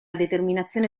determinazione